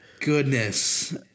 goodness